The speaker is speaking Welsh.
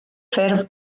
ffurf